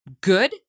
good